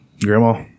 Grandma